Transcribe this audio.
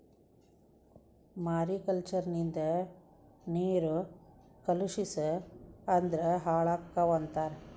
mariculture ನಿಂದ ನೇರು ಕಲುಷಿಸ ಅಂದ್ರ ಹಾಳಕ್ಕಾವ ಅಂತಾರ